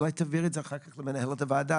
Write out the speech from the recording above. אולי תעבירי את זה אחר כך למנהלת הוועדה